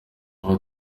aho